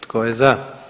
Tko je za?